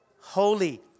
holy